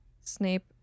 Snape